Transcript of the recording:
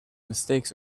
mistakes